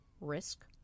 risk